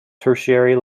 tertiary